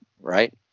right